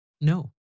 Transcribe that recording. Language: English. No